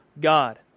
God